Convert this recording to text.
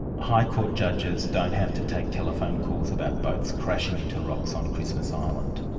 high court judges don't have to take telephone calls about boats crashing into rocks on christmas island.